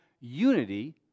unity